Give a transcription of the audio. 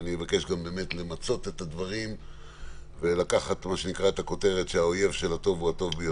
אני רוצה לדבר כמה דקות על הנושא של התקנות מתוקף חוק הקורונה הגדול.